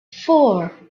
four